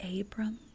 Abram